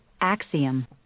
Axiom